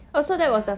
ya